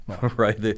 right